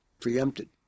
preempted